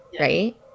right